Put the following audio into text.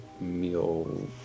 meal